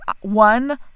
one